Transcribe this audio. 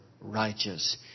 righteous